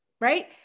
right